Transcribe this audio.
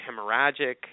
hemorrhagic